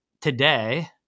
today